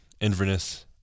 Inverness